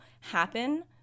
happen